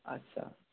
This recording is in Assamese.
আচ্ছা